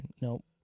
Nope